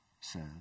says